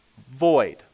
void